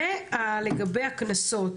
ולגבי הקנסות,